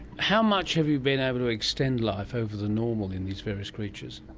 how much have you been able to extend life over the normal in these various creatures?